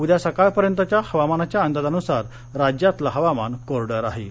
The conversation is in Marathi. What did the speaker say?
उद्या सकाळपर्यंतच्या हवामानाच्या अंदाजानुसार राज्यातलं हवामान कोरडं राहिल